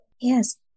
Yes